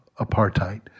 apartheid